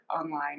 online